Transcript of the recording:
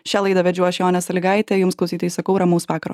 šią laidą vedžiau aš jonė sąlygaitė jums klausytojai sakau ramaus vakaro